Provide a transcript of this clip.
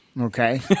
Okay